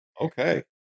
Okay